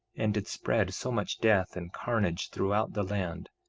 and did spread so much death and carnage throughout the land,